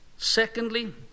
Secondly